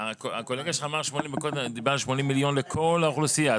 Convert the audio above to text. הקולגה שלך דיבר מקודם על 80 מיליון לכל האוכלוסייה.